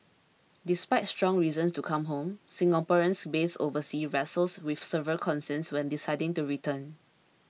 despite strong reasons to come home Singaporeans based overseas wrestle with several concerns when deciding to return